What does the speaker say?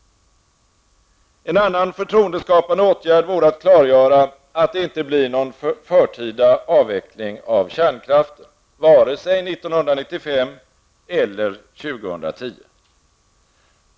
En annan förtroendeskapande åtgärd vore att klargöra att det inte blir någon förtida avveckling av kärnkraften vare sig år 1995 eller 2010.